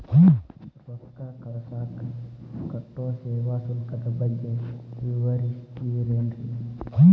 ರೊಕ್ಕ ಕಳಸಾಕ್ ಕಟ್ಟೋ ಸೇವಾ ಶುಲ್ಕದ ಬಗ್ಗೆ ವಿವರಿಸ್ತಿರೇನ್ರಿ?